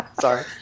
Sorry